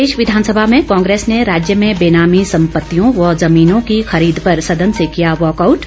प्रदेश विधानसभा में कांग्रेस ने राज्य में बेनामी संपत्तियों व जमीनों की खरीद पर सदन से किया वॉ कआउट